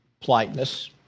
politeness